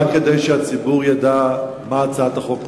גם כדי שהציבור ידע מה הצעת החוק אומרת,